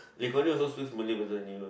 Lee-Kuan-Yew also speaks Malay person anyway